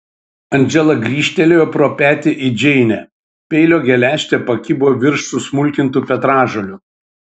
andžela grįžtelėjo pro petį į džeinę peilio geležtė pakibo virš susmulkintų petražolių